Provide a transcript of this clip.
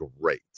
great